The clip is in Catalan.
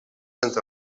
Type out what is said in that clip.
entre